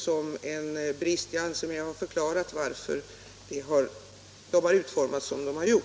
Jag anser mig ha förklarat varför de har utformats som de har.